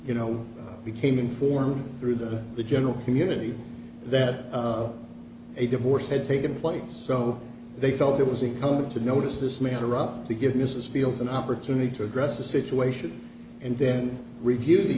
you know became informed through the the general community that a divorce had taken place so they felt it was incumbent to notice this matter up to give mrs fields an opportunity to address the situation and then review the